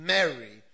Mary